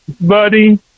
buddy